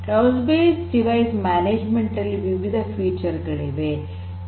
cloud based device management ನಲ್ಲಿ ವಿವಿಧ ವೈಶಿಷ್ಟ್ಯಗಳಿವೆ